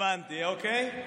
אוקיי.